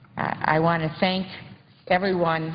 i want to thank everyone